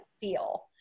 feel